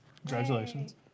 Congratulations